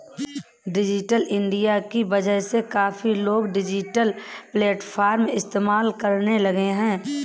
digital India की वजह से काफी लोग डिजिटल प्लेटफ़ॉर्म इस्तेमाल करने लगे हैं